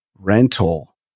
rental